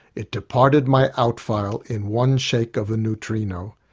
it departed my out file in one shake of a neutrino.